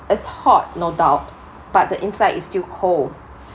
is hot no doubt but the inside is still cold